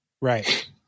Right